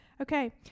Okay